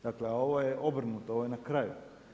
Dakle ovo je obrnuto ovo je na kraju.